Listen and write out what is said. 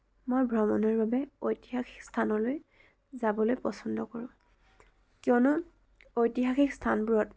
মই ভ্ৰমণৰ বাবে ঐতিহাসিক স্থানলৈ যাবলৈ পচন্দ কৰোঁ কিয়নো ঐতিহাসিক স্থানবোৰত